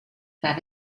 that